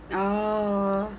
oh